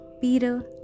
Peter